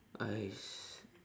!hais!